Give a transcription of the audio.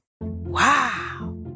Wow